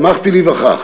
שמחתי להיווכח